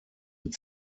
mit